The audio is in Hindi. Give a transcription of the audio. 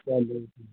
तौलिए